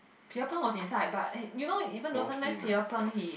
Pierre-Png was inside but you know even though sometimes PierrePng he